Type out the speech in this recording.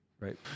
Right